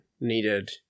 needed